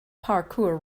parkour